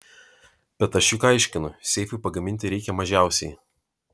bet aš juk aiškinu seifui pagaminti reikia mažiausiai